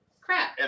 Crap